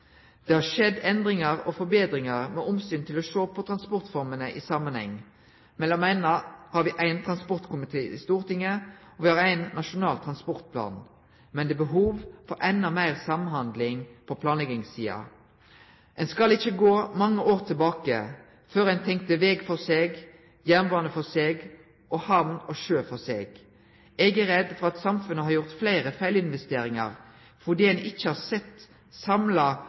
Det har skjedd endringar og forbetringar med omsyn til å sjå på transportformene i samanheng. Mellom anna har me ein transportkomité i Stortinget, og me har ein nasjonal transportplan, men det er behov for enda meir samhandling på planleggingssida. Ein skal ikkje gå mange år tilbake før ein tenkte veg for seg, jernbane for seg og hamn og sjø for seg. Eg er redd for at samfunnet har gjort fleire feilinvesteringar fordi ein ikkje har sett samla